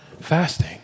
fasting